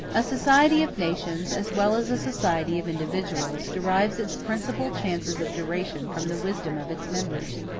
a society of nations, as well as a society of individuals, derives its principal chances of duration from the wisdom of its members,